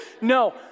No